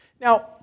Now